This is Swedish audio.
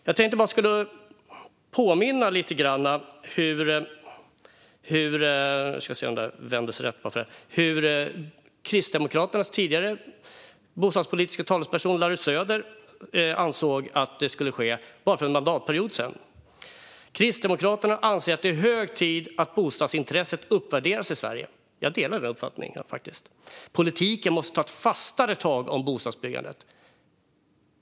Jag tänkte påminna lite grann om hur Kristdemokraternas tidigare bostadspolitiska talesperson Larry Söder så sent som förra mandatperioden ansåg att detta skulle göras. Han skriver: "Kristdemokraterna anser att det är hög tid att bostadsintresset uppvärderas i Sverige." Jag delar denna uppfattning. Han skriver också: "Politiken måste ta ett fastare tag om bostadsbyggandet."